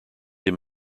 him